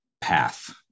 path